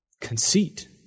conceit